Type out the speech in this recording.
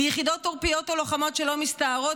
"ביחידות עורפיות או לוחמות שלא מסתערות,